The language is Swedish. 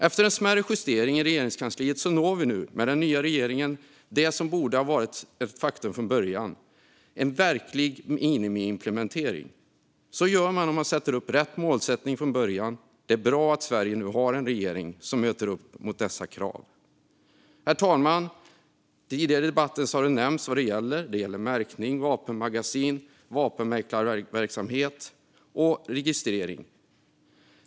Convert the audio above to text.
Efter en smärre justering i Regeringskansliet når vi nu med den nya regeringen det som borde har varit ett faktum från början: en verklig minimiimplementering. Så gör man om man sätter upp rätt målsättning från början, och det är bra att Sverige nu har en regering som möter dessa krav. Herr talman! Tidigare i debatten har det nämnts vad detta gäller, nämligen märkning, vapenmagasin, vapenmäklarverksamhet och registrering.